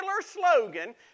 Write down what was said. slogan